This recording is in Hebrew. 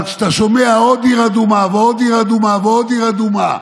אבל כשאתה שומע על עוד עיר אדומה ועוד עיר אדומה ועוד עיר אדומה,